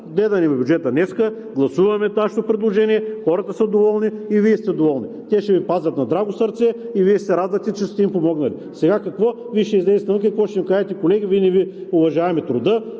Гледаме бюджета днес, гласуваме нашето предложение – хората са доволни, и Вие сте доволни. Те ще Ви пазят на драго сърце и Вие ще се радвате, че сте им помогнали. Сега какво?! Вие ще излезете навън и какво ще им кажете: колеги, ние не Ви уважаваме труда